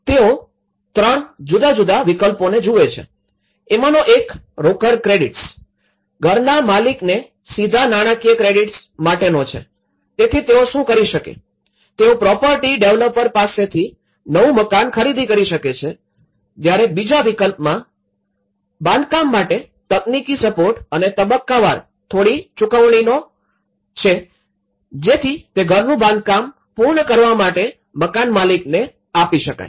તેઓ ૩ જુદા જુદા વિકલ્પોને જુએ છે એમનો એક રોકડ ક્રેડિટ્સ ઘરના માલિકને સીધા નાણાકીય ક્રેડિટ્સ માટેનો છે તેથી તેઓ શું કરી શકે તેઓ પ્રોપર્ટી ડેવલપર પાસેથી નવું મકાન ખરીદી શકે છે જયારે બીજો વિકલ્પ છે કે બાંધકામ માટે તકનીકી સપોર્ટ અને તબક્કાવાર થોડી ચુકવણીનો છેજેથી તે ઘરનું બાંધકામ પૂર્ણ કરવા માટે મકાનમાલિકને આપી શકાય